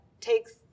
takes